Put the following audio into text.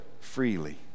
freely